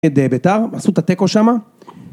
אוהד בית"ר, עשו את התיקו שמה.